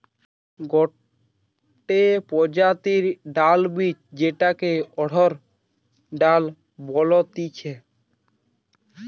গটে প্রজাতির ডালের বীজ যেটাকে অড়হর ডাল বলতিছে